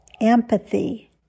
empathy